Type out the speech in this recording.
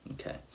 Okay